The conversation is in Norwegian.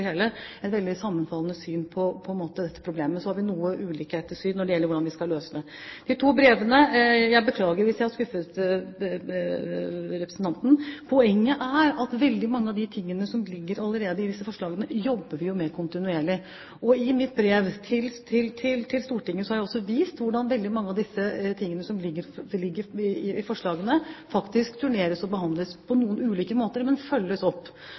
hele har et veldig sammenfallende syn på dette problemet. Så har vi noe ulikt syn når det gjelder hvordan vi skal løse det. Til de to brevene. Jeg beklager hvis jeg har skuffet representanten. Poenget er at veldig mange av de tingene som allerede ligger i disse forslagene, jobber vi med kontinuerlig. I mitt brev til Stortinget har jeg også vist hvordan veldig mange av de tingene som ligger i forslagene, faktisk turneres og behandles, på noen ulike måter, men følges opp.